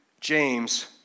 James